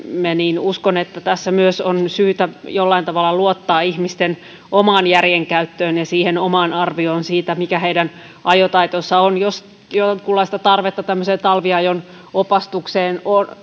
niin uskon että tässä myös on syytä jollain tavalla luottaa ihmisten omaan järjenkäyttöön ja siihen omaan arvioon siitä mikä heidän ajotaitonsa on jos jonkunlaista tarvetta tämmöiseen talviajon opastukseen